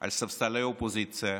על ספסלי האופוזיציה,